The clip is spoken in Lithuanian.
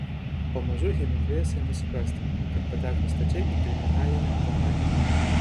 pamažu hemingvėjus ėmė suprasti kad pateko stačiai į kriminalinę kompaniją